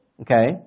okay